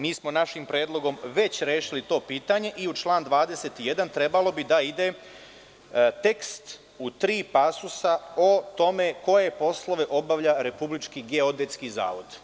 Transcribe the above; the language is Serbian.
Mi smo našim predlogom već rešili to pitanje i u član 21. trebalo bi da ide tekst u tri pasusa o tome koje poslove obavlja Republički geodetski zavod.